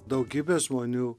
daugybė žmonių